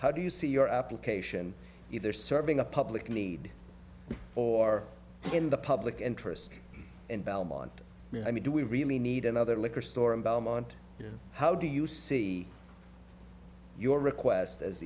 how do you see your application either serving a public need or in the public interest in belmont i mean do we really need another liquor store in belmont how do you see your request as